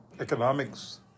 economics